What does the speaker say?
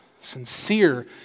sincere